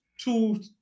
two